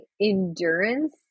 endurance